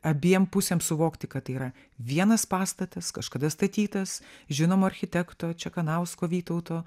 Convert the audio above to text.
abiem pusėm suvokti kad tai yra vienas pastatas kažkada statytas žinomo architekto čekanausko vytauto